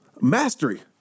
mastery